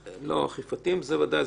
אכיפתיים, בוודאי.